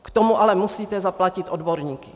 K tomu ale musíte zaplatit odborníky.